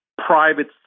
private